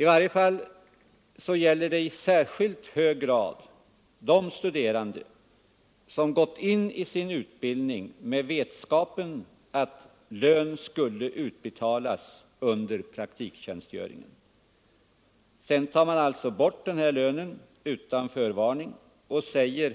I varje fall gäller det i särskilt hög grad de studerande som gått in i sin utbildning med vetskapen att lön skulle utbetalas under praktiktjänstgöringen. Sedan tar man alltså bort den här lönen utan förvarning och säger